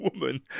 woman